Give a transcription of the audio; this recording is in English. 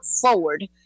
forward